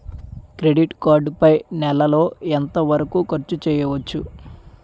Credit card పై నెల లో ఎంత వరకూ ఖర్చు చేయవచ్చు?